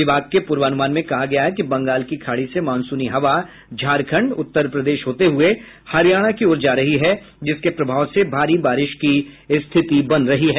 विभाग के पूर्वानुमान में कहा गया है कि बंगाल की खाड़ी से मॉनसूनी हवा झारखण्ड उत्तर प्रदेश होते हुये हरियाणा की ओर जा रही है जिसके प्रभाव से भारी बारिश की स्थितियां बन रही हैं